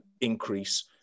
increase